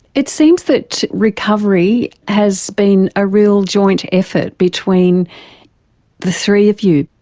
it seems that recovery has been a real joint effort between the three of you.